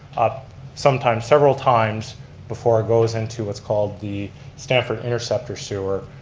ah sometimes several times before it goes into what's called the stamford interceptor sewer,